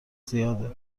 زیاده